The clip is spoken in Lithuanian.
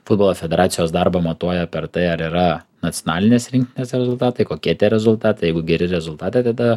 futbolo federacijos darbą matuoja per tai ar yra nacionalinės rinktinės rezultatai kokie tie rezultatai jeigu geri rezultatai tada